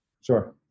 sure